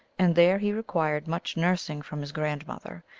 and there he required much nursing from his grandmother,